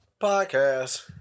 podcast